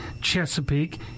Chesapeake